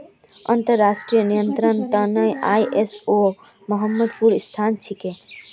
अंतर्राष्ट्रीय नियंत्रनेर त न आई.एस.ओ बेहद महत्वपूर्ण संस्था छिके